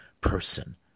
person